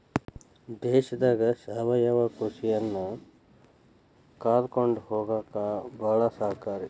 ದೇಶದಾಗ ಸಾವಯವ ಕೃಷಿಯನ್ನಾ ಕಾಕೊಂಡ ಹೊಗಾಕ ಬಾಳ ಸಹಕಾರಿ